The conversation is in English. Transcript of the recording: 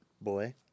Boy